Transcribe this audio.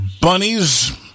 bunnies